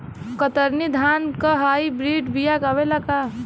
कतरनी धान क hybrid बिया आवेला का?